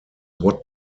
what